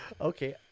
Okay